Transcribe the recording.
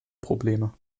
probleme